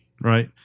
right